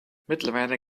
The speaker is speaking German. mittlerweile